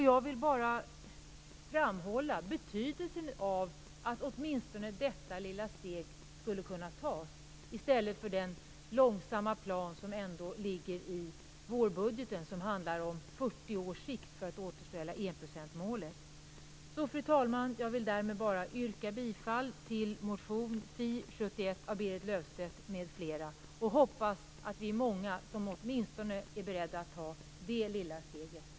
Jag vill framhålla betydelsen av att åtminstone detta lilla steg skulle kunna tas i stället för den långsamma plan som föreslås i vårbudgeten, nämligen 40 års sikt för att återställa enprocentsmålet. Fru talman! Jag vill därmed yrka bifall till motion Fi71 av Berit Löfstedt m.fl. Jag hoppas att vi är många som åtminstone är beredda att ta det lilla steget nu.